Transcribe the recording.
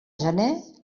gener